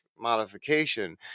modification